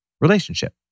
relationship